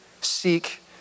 seek